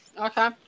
Okay